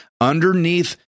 underneath